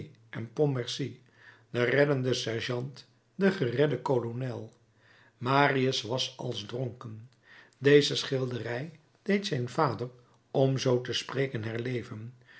en pontmercy de reddende sergeant de geredde kolonel marius was als dronken deze schilderij deed zijn vader om zoo te spreken herleven